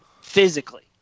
Physically